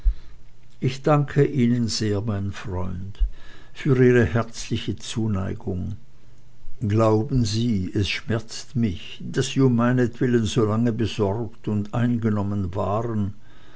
ich danke ihnen sehr mein freund für ihre herzliche zuneigung glauben sie es schmerzt mich daß sie um meinetwillen so lange besorgt und eingenommen waren